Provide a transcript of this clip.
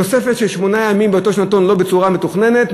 תוספת של שמונה ימים לאותו שנתון לא בצורה מתוכננת.